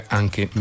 anche